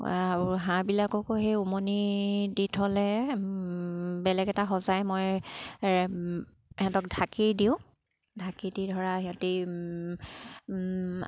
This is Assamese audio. আৰু হাঁহবিলাককো সেই উমনি দি থ'লে বেলেগ এটা সজাই মই সিহঁতক ঢাকি দিওঁ ঢাকি দি ধৰা সিহঁতি